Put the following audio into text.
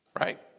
right